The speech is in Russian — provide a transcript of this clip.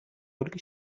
ольгой